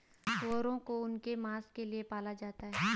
सूअरों को उनके मांस के लिए पाला जाता है